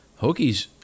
Hokies